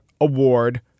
award